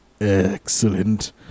excellent